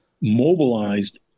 mobilized